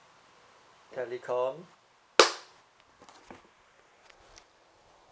telecom